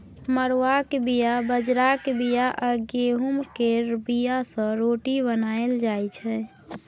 मरुआक बीया, बजराक बीया आ गहुँम केर बीया सँ रोटी बनाएल जाइ छै